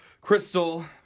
Crystal